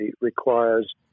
requires